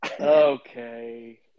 okay